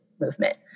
movement